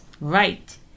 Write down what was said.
Right